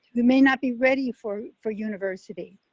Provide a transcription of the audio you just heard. who may not be ready for for university.